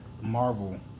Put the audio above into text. Marvel